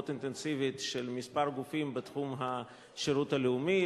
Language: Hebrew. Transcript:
אינטנסיבית של כמה גופים בתחום השירות הלאומי,